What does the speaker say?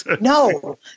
no